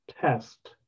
test